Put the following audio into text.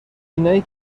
اینایی